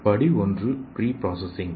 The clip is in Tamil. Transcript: படி 1 பிரீ பிராசசிங்